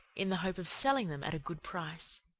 in the hope of selling them at a good price.